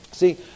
See